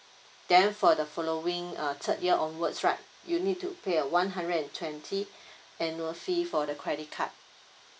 then for the following err third year onwards right you need to pay a one hundred and twenty annual fee for the credit card